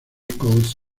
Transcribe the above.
coast